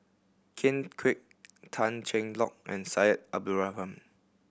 Ken Kwek Tan Cheng Lock and Syed Abdulrahman